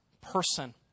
person